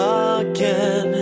again